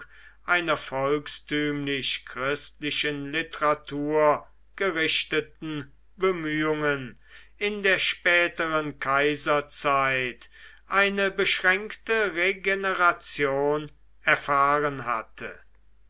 einer volkstümlich christlichen literatur gerichteten bemühungen in der späteren kaiserzeit eine beschränkte regeneration erfahren hatte